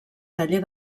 taller